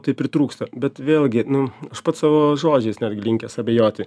tai pritrūksta bet vėlgi nu aš pats savo žodžiais netgi linkęs abejoti